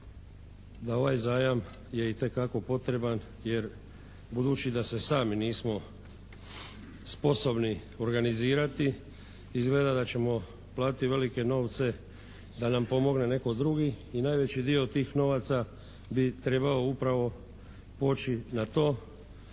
da ovaj zajam je itekako potreban jer budući da se sami nismo sposobni organizirati izgleda da ćemo platiti velike novce da nam pomogne netko drugi i najveći dio tih novaca bi trebao upravo poći na to